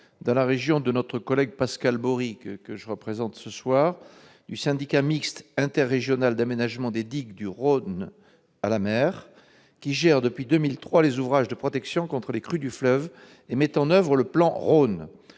dans la région de notre collègue Pascale Bories que je représente ce soir, du Syndicat mixte interrégional d'aménagement des digues du delta du Rhône et de la mer, qui gère, depuis 2003, les ouvrages de protection contre les crues du fleuve et met en oeuvre le plan Rhône.